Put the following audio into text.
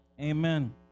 Amen